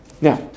Now